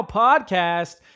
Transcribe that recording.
podcast